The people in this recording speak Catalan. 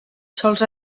sols